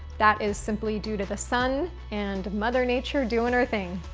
that is simply due to the sun and mother nature doing her thing.